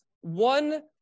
one